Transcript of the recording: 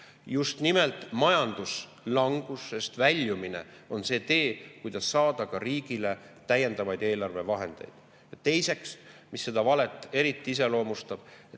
Just nimelt majanduslangusest väljumine on see tee, kuidas saada riigile täiendavaid eelarvevahendeid. Ja teiseks, mis seda valet eriti iseloomustab.